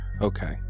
Okay